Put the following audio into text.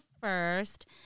first